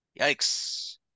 Yikes